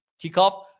kickoff